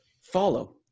follow